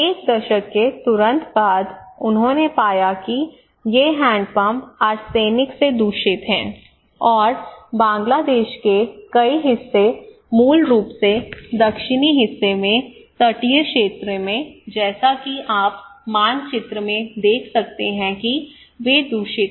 एक दशक के तुरंत बाद उन्होंने पाया कि ये हैंड पंप आर्सेनिक से दूषित हैं और बांग्लादेश के कई हिस्से मूल रूप से दक्षिणी हिस्से में तटीय क्षेत्र हैं जैसा कि आप मानचित्र में देख सकते हैं कि वे दूषित हैं